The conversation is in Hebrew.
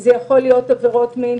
זה יכול להיות עבירות מין,